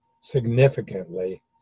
significantly